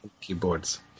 Keyboards